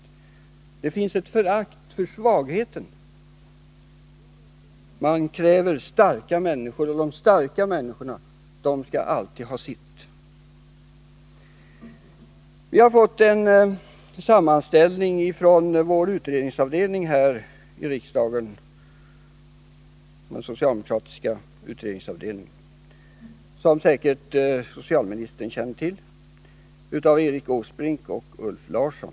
Det grundar sig på ett förakt för svagheten. Man kräver starka människor, och de starka människorna skall alltid ha sitt. Från den socialdemokratiska utredningsavdelningen har vi fått en sammanställning som socialministern säkert känner till. Den har gjorts av Erik Åsbrink och Ulf Larsson.